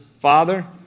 Father